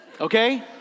Okay